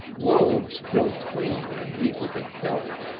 wolves kill clean and eat what they kill.